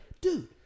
Dude